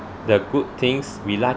the good things we like